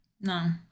No